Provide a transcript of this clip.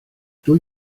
dwy